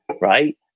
right